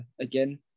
again